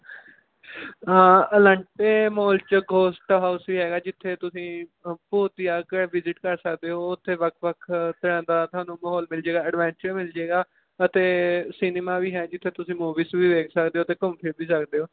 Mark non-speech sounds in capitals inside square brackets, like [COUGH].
Elante mall 'ਚ ghost house ਵੀ ਹੈਗਾ ਜਿੱਥੇ ਤੁਸੀਂ [UNINTELLIGIBLE] ਭੂਤੀਆ ਘਰ ਵਿਜ਼ਿਟ ਕਰ ਸਕਦੇ ਹੋ ਉੱਥੇ ਵੱਖ ਵੱਖ ਤਰ੍ਹਾਂ ਦਾ ਤੁਹਾਨੂੰ ਮਾਹੌਲ ਮਿਲ ਜਾਵੇਗਾ ਐਡਵੈਂਚਰ ਮਿਲ ਜਾਵੇਗਾ ਅਤੇ ਸਿਨੇਮਾ ਵੀ ਹੈ ਜਿੱਥੇ ਤੁਸੀਂ ਮੂਵੀਜ਼ ਵੀ ਵੇਖ ਸਕਦੇ ਹੋ ਅਤੇ ਘੁੰਮ ਫਿਰ ਵੀ ਸਕਦੇ ਹੋ